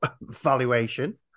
valuation